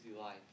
life